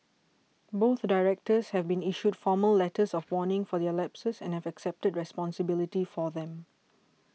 both Directors have been issued formal letters of warning for their lapses and have accepted responsibility for them